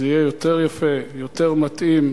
זה יהיה יותר יפה, יותר מתאים,